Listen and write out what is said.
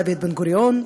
דוד בן-גוריון,